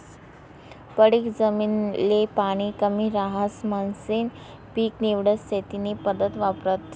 पडीक जमीन ले पाणी कमी रहास म्हणीसन पीक निवड शेती नी पद्धत वापरतस